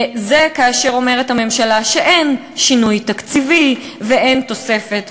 וזה כאשר אומרת הממשלה שאין שינוי תקציבי ואין תוספת.